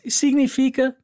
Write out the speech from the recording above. significa